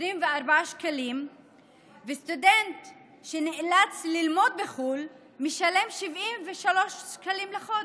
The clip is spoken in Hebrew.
24 שקלים וסטודנט שנאלץ ללמוד בחו"ל משלם 73 שקלים בחודש.